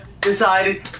decided